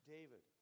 David